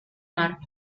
mar